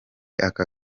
aka